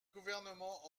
gouvernement